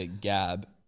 Gab